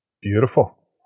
Beautiful